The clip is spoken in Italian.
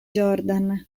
jordan